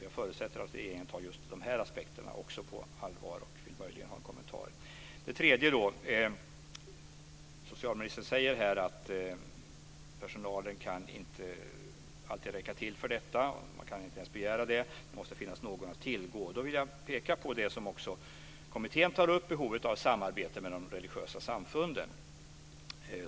Jag förutsätter att regeringen tar också de här aspekterna på allvar och vill möjligen ha en kommentar. Det tredje rör det som socialministern säger om att personalen inte alltid kan räcka till för detta, att man inte ens kan begära det och att det måste finnas någon att tillgå. Då vill jag peka på det som också kommittén tar upp, nämligen behovet av samarbete med de religiösa samfunden.